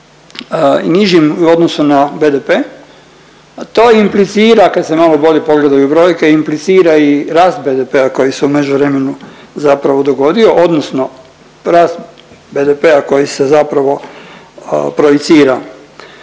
i nižim u odnosu na BDP, a to implicira kad se malo bolje pogledaju brojke, implicira i rast BDP-a koji se u međuvremenu zapravo dogodio odnosno rast BDP-a koji se zapravo projicira